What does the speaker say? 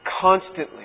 constantly